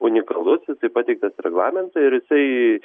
unikalus jisai pateiktas reglamente ir jisai